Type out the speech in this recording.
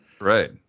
Right